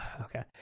okay